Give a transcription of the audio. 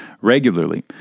regularly